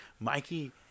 Mikey